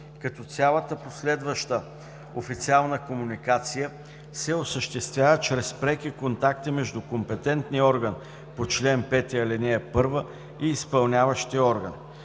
като цялата последваща официална комуникация се осъществява чрез преки контакти между компетентния орган по чл. 5, ал. 1 и изпълняващия орган.